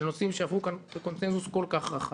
נושאים שעברו כאן בקונצנזוס כל כך רחב.